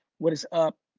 what is up?